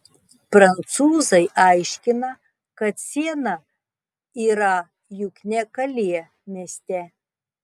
prancūzai aiškina kad siena yra juk ne kalė mieste